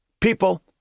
People